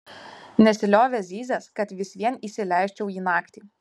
nesiliovė zyzęs kad vis vien įsileisčiau jį naktį